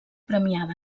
premiada